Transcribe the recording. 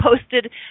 posted